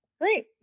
Great